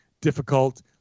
difficult